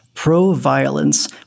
pro-violence